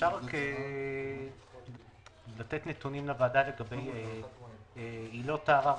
אפשר לתת נתונים לוועדה לגבי עילות הערר